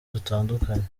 dutandukanye